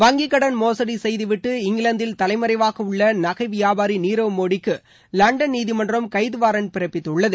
வங்கி கடன் மோகடி செய்துவிட்டு இங்கிலாந்தில் தலைமறைவாக உள்ள நகை வியாபாரி நீரவ் மோடிக்கு லண்டன் நீதிமன்றம் கைது வாரன்டு பிறப்பித்துள்ளது